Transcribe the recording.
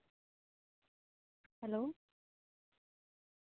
hello